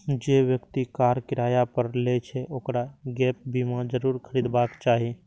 जे व्यक्ति कार किराया पर लै छै, ओकरा गैप बीमा जरूर खरीदबाक चाही